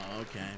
okay